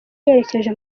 yerekeje